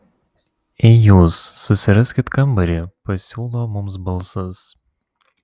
ei jūs susiraskit kambarį pasiūlo mums balsas